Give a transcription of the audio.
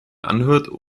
anhört